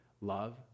Love